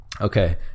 okay